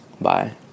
Bye